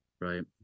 right